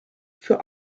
für